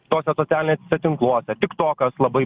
tose socialiniuose tinkluose tik tokas labai